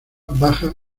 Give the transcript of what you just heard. baja